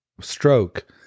stroke